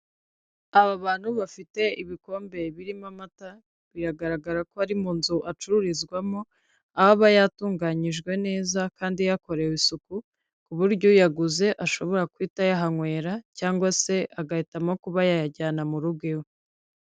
Aba bantu bafite ibikombe birimo amata, biragaragara ko ari mu nzu acururizwamo, aho aba yatunganyijwe neza kandi yakorewe isuku, ku buryo uyaguze ashobora guhita ayahankwera cyangwa se agahitamo kuba yayajyana mu rugo iwe.